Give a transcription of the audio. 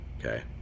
Okay